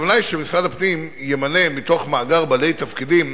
הכוונה היא שמשרד הפנים ימנה מתוך מאגר בעלי תפקידים